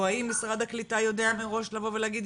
האם משרד הקליטה יודע מראש לבוא ולהגיד,